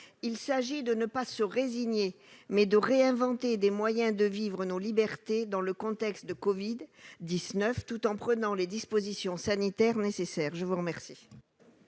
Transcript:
Il s'agit de ne pas se résigner, de réinventer des moyens de vivre nos libertés dans le contexte de l'épidémie de Covid-19, tout en prenant les dispositions sanitaires nécessaires. Quel